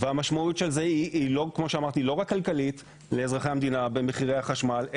המשמעות של זה היא לא רק כלכלית לאזרחי המדינה במחירי החשמל,